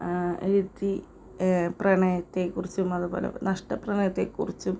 എഴുതി പ്രണയത്തെ കുറിച്ചും അതുപോലെ നഷ്ട പ്രണയത്തെ കുറിച്ചും